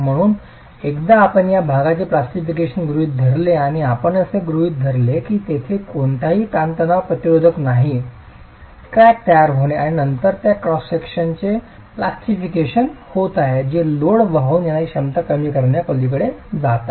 म्हणून एकदा आपण या भागाचे प्लास्टीफिकेशन गृहित धरले आणि आपण असे गृहित धरले की तेथे कोणतेही ताणतणाव प्रतिरोध नाही क्रॅक तयार होणे आणि त्यानंतरच्या क्रॉस सेक्शनचे प्लास्टीफिकेशन होत आहे जे लोड वाहून नेण्याची क्षमता कमी करण्याच्या पलीकडे जात आहे